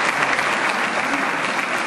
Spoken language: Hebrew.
(מחיאות כפיים)